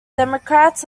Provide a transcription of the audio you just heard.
democrats